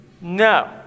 no